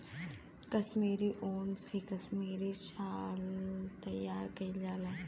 कसमीरी उन से कसमीरी साल तइयार कइल जाला